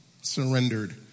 surrendered